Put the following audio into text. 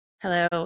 Hello